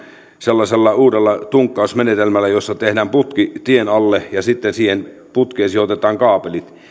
sellaisella uudella tunkkausmenetelmällä jossa tehdään putki tien alle ja sitten siihen putkeen sijoitetaan kaapelit